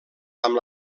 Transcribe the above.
amb